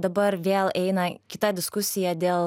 dabar vėl eina kita diskusija dėl